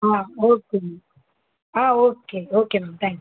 ah okay ma'am ah okay okay ma'am thank you